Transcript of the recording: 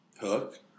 Hook